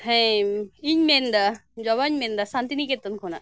ᱦᱮᱸ ᱤᱧ ᱢᱮᱱ ᱫᱟ ᱡᱚᱵᱟᱧ ᱢᱮᱱᱫᱟ ᱥᱟᱱᱛᱤᱱᱤᱠᱮᱛᱚᱱ ᱠᱷᱚᱱᱟᱜ